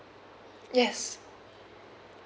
yes